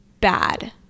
bad